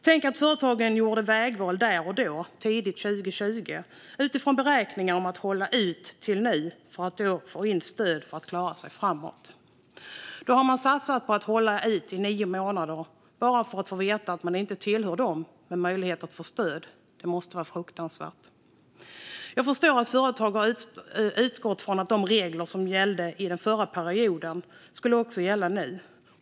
Tänk er att företagen gjorde vägval där och då, tidigt 2020, utifrån beräkningar om att hålla ut till nu för att få stöd för att klara sig framåt. Då har man satsat på att hålla ut i nio månader, bara för att få veta att man inte tillhör dem med möjlighet att få stöd. Det måste vara frukantsvärt. Jag förstår att företagare har utgått från att de regler som gällde under den förra perioden också skulle gälla nu.